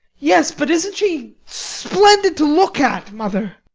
yes, but isn't she splendid to look at, mother?